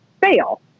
fail